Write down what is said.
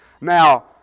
Now